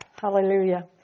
hallelujah